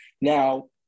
now